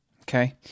Okay